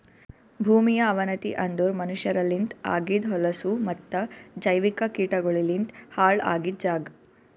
ಭೂಮಿಯ ಅವನತಿ ಅಂದುರ್ ಮನಷ್ಯರಲಿಂತ್ ಆಗಿದ್ ಹೊಲಸು ಮತ್ತ ಜೈವಿಕ ಕೀಟಗೊಳಲಿಂತ್ ಹಾಳ್ ಆಗಿದ್ ಜಾಗ್